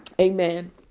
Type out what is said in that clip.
Amen